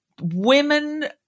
Women